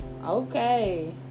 Okay